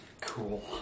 Cool